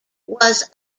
was